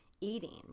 Eating